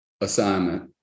assignment